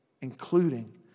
including